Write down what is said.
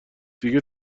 دیگه